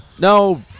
No